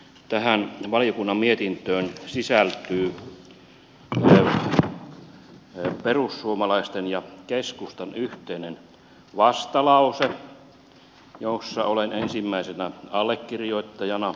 tähän valiokunnan mietintöön sisältyy perussuomalaisten ja keskustan yhteinen vastalause jossa olen ensimmäisenä allekirjoittajana